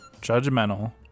judgmental